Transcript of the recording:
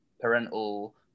parental